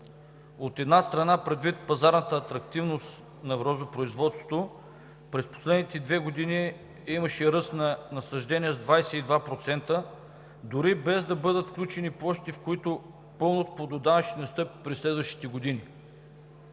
От една страна, предвид пазарната атрактивност на розопроизводството през последните две години имаше ръст на насаждения с 22% дори без да бъдат включени площите, в които пълно плододаване ще настъпи през следващите години.